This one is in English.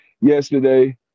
yesterday